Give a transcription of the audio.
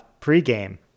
pregame